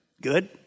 Good